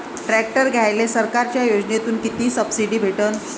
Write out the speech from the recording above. Tractor घ्यायले सरकारच्या योजनेतून किती सबसिडी भेटन?